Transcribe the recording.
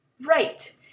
Right